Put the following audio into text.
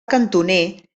cantoner